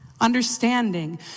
understanding